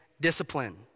discipline